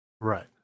Right